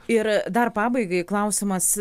ir dar pabaigai klausimas